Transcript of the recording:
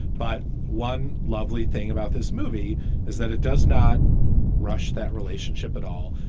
but one lovely thing about this movie is that it does not rush that relationship at all.